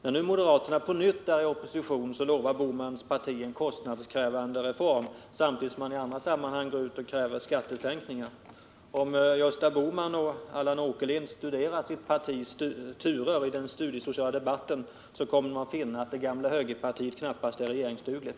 Nu när moderaterna på nytt är i opposition lovar Bohmans parti en kostnadskrävande reform, samtidigt som man i andra sammanhang kräver skattesänkningar. Om Gösta Bohman och Allan Åkerlind studerar sitt partis turer i den studiesociala debatten, kommer de att finna att det gamla högerpartiet knappast är regeringsdugligt.